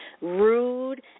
rude